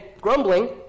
grumbling